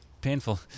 painful